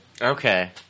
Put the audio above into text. Okay